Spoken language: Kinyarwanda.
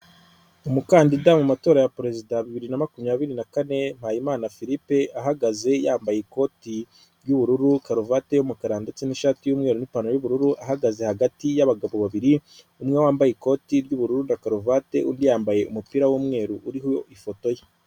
Umukandida mu matora ya perezida, bibiri na makumyabiri na kane, Mpayimana Philippe, ahagaze yambaye ikoti ry'ubururu, karuvate y'umukara ndetse n'ishati y'umweru n'ipantaro y'ubururu, ahagaze hagati y'abagabo babiri, umwe wambaye ikoti ry'ubururu na karuvate, undi yambaye umupira w'umweru, uriho ifoto ye.